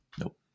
nope